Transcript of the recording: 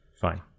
Fine